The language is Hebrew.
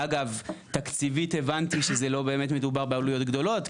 אגב תקציבית הבנתי שזה לא באמת מדובר בעלויות גדולות,